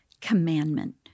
commandment